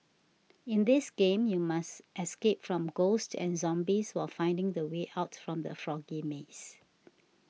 in this game you must escape from ghosts and zombies while finding the way out from the foggy maze